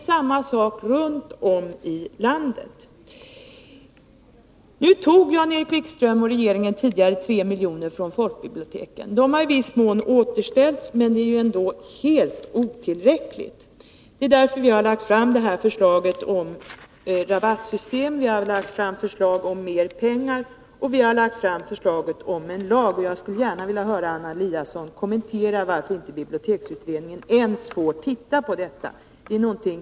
Samma sak sker runt om i landet. Jan-Erik Wikström och regeringen tog tidigare 3 milj.kr. från folkbiblioteken. De har i viss mån återställts, men det är ändå helt otillräckligt. Vi har därför föreslagit en rabattering av folkbibliotekens inköp av litteraturstödda böcker, en höjning av anslaget till biblioteken samt en lagstiftning på folkbiblioteksområdet. Jag skulle gärna vilja höra Anna Eliassons kommentar till att biblioteksutredningen inte ens fått se på den kanske viktigaste frågan i sammanhanget.